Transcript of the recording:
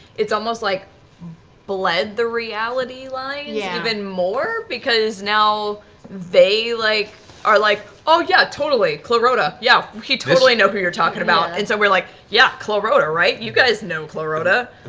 it's almost like bled the reality lines yeah even more, because now they like are like, oh, yeah, totally. clarota. yeah, we totally know who you're talking about. and so we're like, yeah, clarota, right? you guys know clarota.